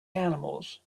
animals